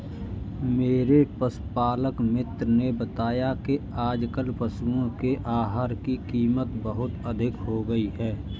मेरे पशुपालक मित्र ने बताया कि आजकल पशुओं के आहार की कीमत बहुत अधिक हो गई है